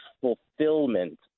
fulfillment